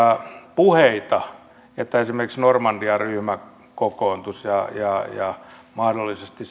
puheita että esimerkiksi normandia ryhmä kokoontuisi ja ja mahdollisesti